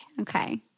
Okay